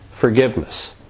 forgiveness